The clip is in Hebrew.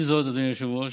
עם זאת, אדוני היושב-ראש,